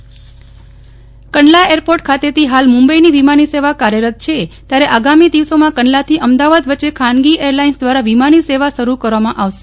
નેહલ ઠક્કર વિમાની સેવા કંડલા એરપોર્ટ ખાતેથી હાલ મુંબઈની વિમાની સેવા કાર્યરત છે ત્યારે આગામી દિવસોમાં કંડલાથી અમદાવાદ વચ્ચે ખાનગી એરલાઈન્સ દ્વારા વિમાની સેવા શરૂ કરવામાં આવશે